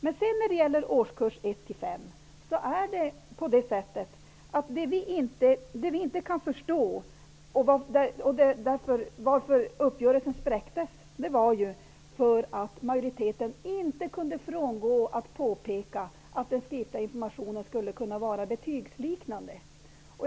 Det är därför vi vill utveckla utvecklingssamtalet. Anledningen till att uppgörelsen spräcktes var att majoriteten inte kunde avstå från att påpeka att den skriftliga informationen skulle kunna vara betygsliknande i årskurs 1--5.